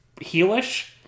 heelish